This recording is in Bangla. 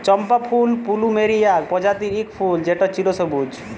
চম্পা ফুল পলুমেরিয়া প্রজাতির ইক ফুল যেট চিরসবুজ